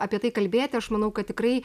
apie tai kalbėti aš manau kad tikrai